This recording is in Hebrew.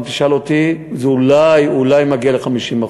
אם תשאל אותי זה אולי, אולי מגיע ל-50%,